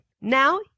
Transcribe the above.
Now